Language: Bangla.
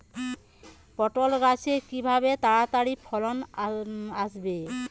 পটল গাছে কিভাবে তাড়াতাড়ি ফলন আসবে?